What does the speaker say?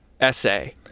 essay